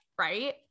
Right